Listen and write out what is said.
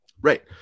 right